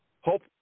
hope